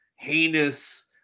heinous